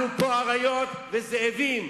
אנחנו פה אריות וזאבים,